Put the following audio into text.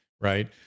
right